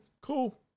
cool